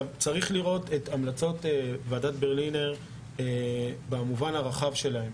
צריך לראות את המלצות ועדת ברלינר במובן הרחב שלהן.